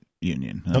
union